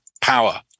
power